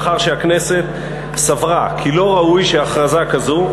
זאת, מאחר שהכנסת סברה כי לא ראוי שהכרזה כזו,